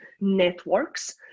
networks